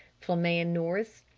flamande nourice,